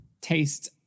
Taste